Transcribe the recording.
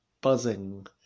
buzzing